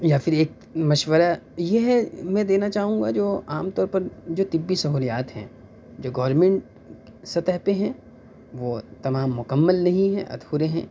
یا پھر ایک مشورہ یہ ہے میں دینا چاہوں گا جو عام طور پر جو طبی سہولیات ہیں جو گورمنٹ سطح پہ ہیں وہ تمام مکمل نہیں ہیں ادھورے ہیں